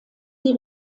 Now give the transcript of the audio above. sie